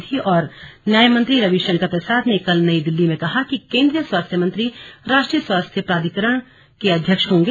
विधि और न्याय मंत्री रवि शंकर प्रसाद ने कल नई दिल्ली में कहा कि केन्द्रीय स्वास्थ्य मंत्री राष्ट्रीय स्वास्थ्य प्राधिकरण के अध्यक्ष होंगे